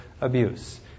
abuse